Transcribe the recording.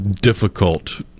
difficult